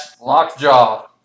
lockjaw